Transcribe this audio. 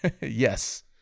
Yes